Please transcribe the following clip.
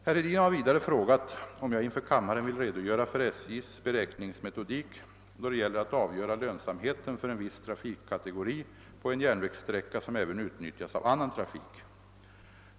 Herr Hedin har vidare frågat, om jag inför kammaren vill redogöra för SJ:s beräkningsmetodik då det gäller att avgöra lönsamheten för en viss trafikkategori på en järnvägssträcka som även utnyttjas av annan trafik.